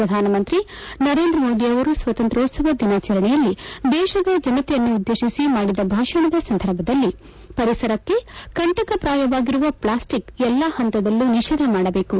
ಪ್ರಧಾನಮಂತ್ರಿ ನರೇಂದ್ರ ಮೋದಿ ಅವರು ಸ್ವಾತಂತ್ರ್ಯೋತ್ಸವ ದಿನಾಚರಣೆಯಲ್ಲಿ ದೇಶದ ಜನತೆಯನ್ನು ಉದ್ದೇಶಿಸಿ ಭಾಷಣದ ಸಂದರ್ಭದಲ್ಲಿ ಪರಿಸರಕ್ಕೆ ಕಂಠಕ ಪ್ರಾಯವಾಗಿರುವ ಪ್ಲಾಸ್ಟಿಕ್ ಎಲ್ಲ ಪಂತದಲ್ಲೂ ನಿಷೇಧ ಮಾಡಬೇಕು